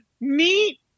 meet